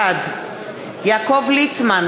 בעד יעקב ליצמן,